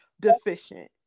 deficient